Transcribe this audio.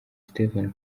stephen